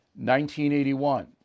1981